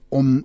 om